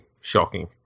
shocking